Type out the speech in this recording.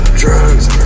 drugs